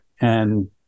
And-